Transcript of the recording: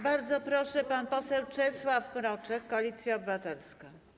Bardzo proszę, pan poseł Czesław Mroczek, Koalicja Obywatelska.